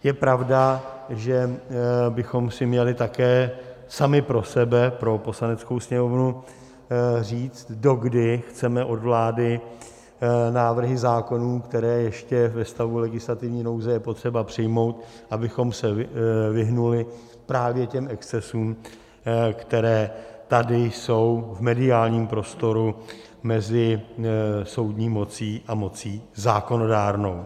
Je pravda, že bychom si měli také sami pro sebe, pro Poslaneckou sněmovnu, říct, dokdy chceme od vlády návrhy zákonů, které ještě ve stavu legislativní nouze je potřeba přijmout, abychom se vyhnuli právě těm excesům, které tady jsou v mediálním prostoru mezi soudní mocí a mocí zákonodárnou.